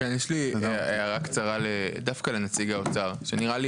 יש לי הערה קצרה דווקא לנציג האוצר שנראה לי